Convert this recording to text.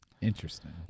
Interesting